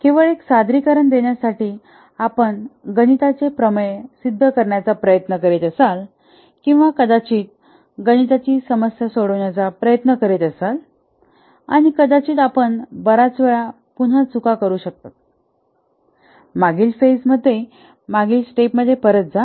केवळ एक सादरीकरण देण्यासाठी आपण गणिताचे प्रमेय सिद्ध करण्याचा प्रयत्न करीत असाल किंवा कदाचित गणिताची समस्या सोडवण्याचा प्रयत्न करीत असाल आणि कदाचित आपण बर्याच वेळा पुन्हा चुका करू शकता मागील फेज मध्ये मागील स्टेप मध्ये परत जा